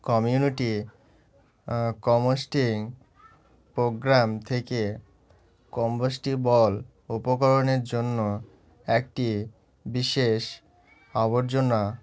community composting program থেকে compostable উপকরণের জন্য একটি বিশেষ আবর্জনা